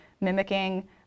mimicking